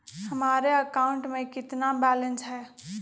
हमारे अकाउंट में कितना बैलेंस है?